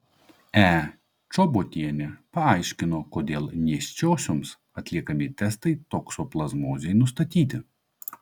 e čobotienė paaiškino kodėl nėščiosioms atliekami testai toksoplazmozei nustatyti